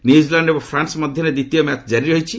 New Zealand ଏବଂ France ମଧ୍ୟରେ ଦ୍ୱିତୀୟ ମ୍ୟାଚ୍ କାରି ରହିଛି